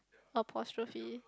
apostrophe